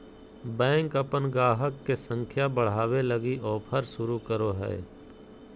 bank अपन गाहक के संख्या बढ़ावे लगी ऑफर शुरू करो हय